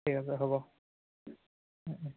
ঠিক আছে হ'ব ওম ওম